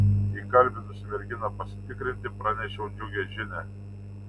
įkalbinusi merginą pasitikrinti pranešiau džiugią žinią